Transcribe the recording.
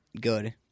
good